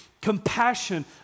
compassion